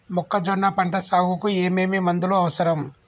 మొక్కజొన్న పంట సాగుకు ఏమేమి మందులు అవసరం?